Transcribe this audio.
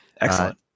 Excellent